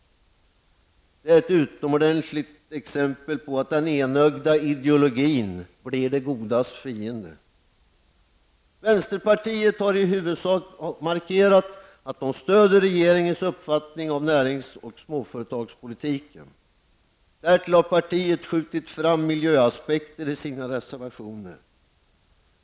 Det är ett utomordentligt exempel på att den enögda ideologin blir det godas fiende! Vänsterpartiet har markerat att man i huvudsak stöder regeringens uppfattning om närings och småföretagspolitiken. Därtill har partiet skjutit fram miljöaspekter i sina reservationer.